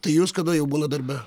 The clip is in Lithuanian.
tai jūs kada jau būnat darbe